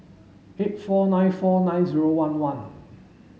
eight four nine four nine zero one one